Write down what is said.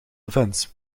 events